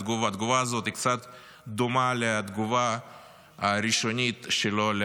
התגובה הזאת קצת דומה לתגובה הראשונית שלו על